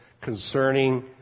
concerning